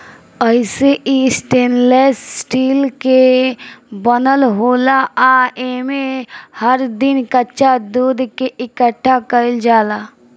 अइसे इ stainless steel के बनल होला आ एमे हर दिन कच्चा दूध के इकठ्ठा कईल जाला